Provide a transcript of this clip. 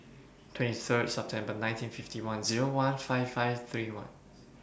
two three Sep one nine five nine one fifty five thirty one